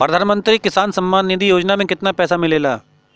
प्रधान मंत्री किसान सम्मान निधि योजना में कितना पैसा मिलेला?